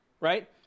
right